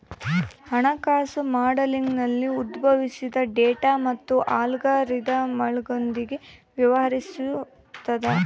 ಹಣಕಾಸು ಮಾಡೆಲಿಂಗ್ನಲ್ಲಿ ಉದ್ಭವಿಸುವ ಡೇಟಾ ಮತ್ತು ಅಲ್ಗಾರಿದಮ್ಗಳೊಂದಿಗೆ ವ್ಯವಹರಿಸುತದ